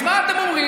אז מה אתם אומרים?